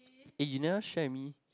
eh you never share with me